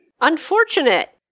Unfortunate